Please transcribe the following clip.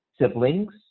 Siblings